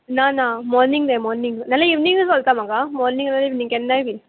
ना ना मोर्निंग नाय मोर्निंग नाल्या इवनींगूय चलता म्हाका मोर्नींग इवनींग केन्नाय बीन